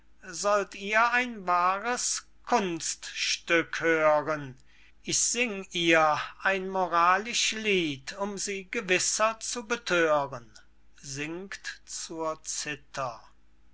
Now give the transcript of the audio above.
sollt ihr ein wahres kunststück hören ich sing ihr ein moralisch lied um sie gewisser zu bethören singt zur zither